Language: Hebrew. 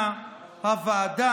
ההצעה בנוסח שהתקינה הוועדה,